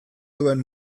duen